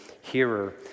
hearer